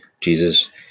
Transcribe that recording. jesus